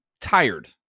tired